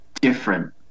different